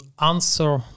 answer